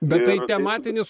bet tai tematinis